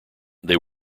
they